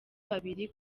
babiri